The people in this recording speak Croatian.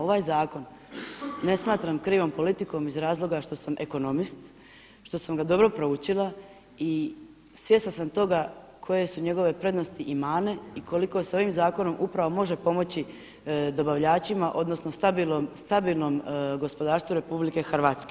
Ovaj zakon ne smatram krivom politikom iz razloga što sam ekonomist, što sam ga dobro proučila i svjesna sam toga koje su njegove prednosti i mane i koliko s ovim zakonom upravo može pomoći dobavljačima odnosno stabilnom gospodarstvu RH.